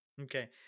Okay